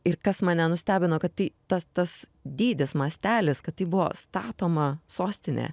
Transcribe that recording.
ir kas mane nustebino kad tai tas tas dydis mastelis kad ji buvo statoma sostinė